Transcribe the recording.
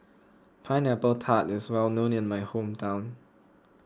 Pineapple Tart is well known in my hometown